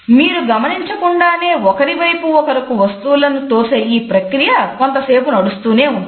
మీరు గమనించకుండానే ఒకరివైపుకుఒకరు వస్తువులను తోసే ఈ ప్రక్రియ కొంతసేపు నడుస్తూనే ఉంటుంది